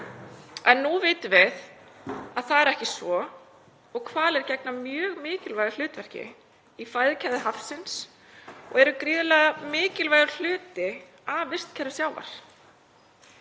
En nú vitum við að það er ekki svo og hvalir gegna mjög mikilvægu hlutverki í fæðukeðju hafsins og eru gríðarlega mikilvægur hluti af vistkerfi sjávar.